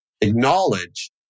acknowledge